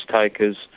takers